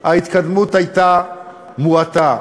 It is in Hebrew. אך ההתקדמות הייתה מועטה.